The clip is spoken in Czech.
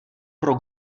pro